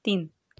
तीन